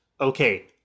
okay